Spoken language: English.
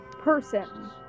person-